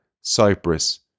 Cyprus